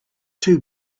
two